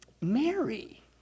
Mary